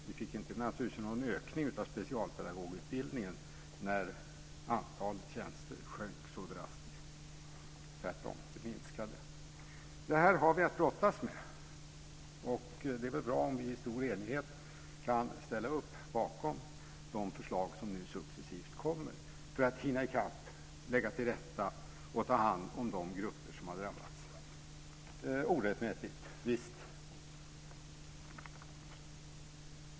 Vi fick naturligtvis inte någon ökning av specialpedagogutbildningen när antalet tjänster minskade så drastiskt. Det var tvärtom; den minskade. Det här har vi att brottas med. Det är väl bra om vi i stor enighet kan ställa upp bakom de förslag som nu successivt kommer för att man ska hinna i kapp, lägga till rätta och ta hand om de grupper som har drabbats - orättmätigt.